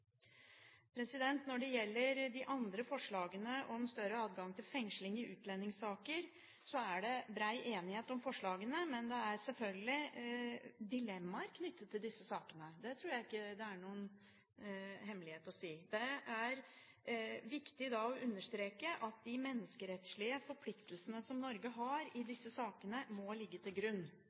Når det gjelder de andre forslagene om større adgang til fengsling i utlendingssaker, er det bred enighet om forslagene, men det er sjølsagt dilemmaer knyttet til disse sakene. Det tror jeg ikke er noen hemmelighet. Det er viktig å understreke at de menneskerettslige forpliktelsene Norge har i disse sakene, må ligge til grunn.